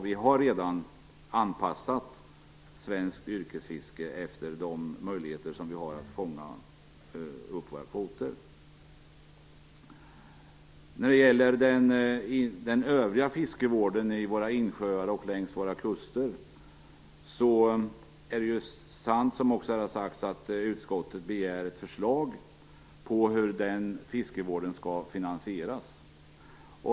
Vi har redan anpassat svenskt yrkesfiske efter de möjligheter vi har att fånga upp våra kvoter. Som har sagts här tidigare begär nu utskottet ett förslag på hur den övriga fiskevården i våra insjöar och längs våra kuster skall finansieras.